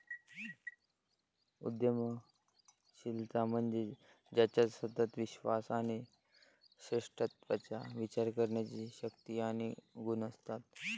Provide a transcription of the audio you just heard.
उद्यमशीलता म्हणजे ज्याच्यात सतत विश्वास आणि श्रेष्ठत्वाचा विचार करण्याची शक्ती आणि गुण असतात